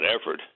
effort